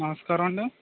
నమస్కారమండి